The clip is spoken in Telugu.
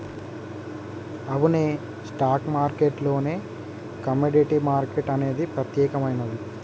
అవునే స్టాక్ మార్కెట్ లోనే కమోడిటీ మార్కెట్ అనేది ప్రత్యేకమైనది